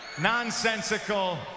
nonsensical